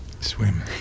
Swim